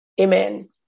amen